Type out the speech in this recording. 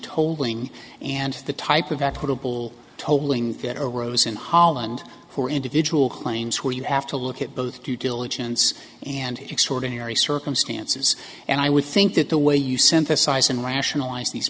tolling and the type of equitable tolling that arose in holland for individual claims where you have to look at both due diligence and extraordinary circumstances and i would think that the way you synthesize and rationalize these